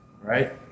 right